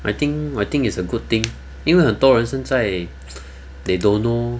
I think I think it's a good thing 因为很多人现在 they don't know